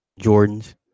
Jordans